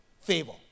Favor